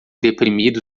deprimido